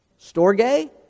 Storge